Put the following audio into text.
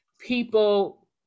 People